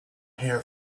hair